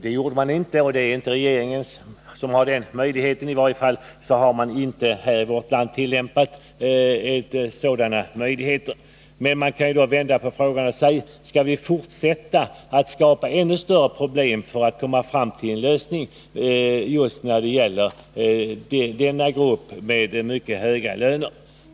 Det gjorde man inte, och det är inte regeringen som har den möjligheten. I varje fall har man inte här i vårt land utnyttjat sådana möjligheter. Men jag kan vända på frågan och säga: Skall vi fortsätta och skapa ännu större problem för att komma fram till en lösning när det gäller denna grupp med mycket höga löner?